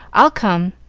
i'll come.